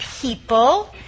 people